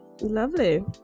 Lovely